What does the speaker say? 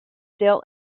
still